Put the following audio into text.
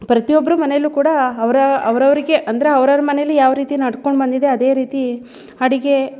ಪ್ರತಿಯೊಬ್ಬರ ಮನೆಯಲ್ಲು ಕೂಡ ಅವರ ಅವ್ರವರಿಗೆ ಅಂದರೆ ಅವ್ರವ್ರ ಮನೆಯಲ್ಲಿ ಯಾವ ರೀತಿ ನಡ್ಕೊಂಡು ಬಂದಿದೆ ಅದೇ ರೀತಿ ಅಡುಗೆ